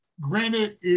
granted